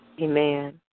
Amen